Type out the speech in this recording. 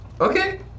okay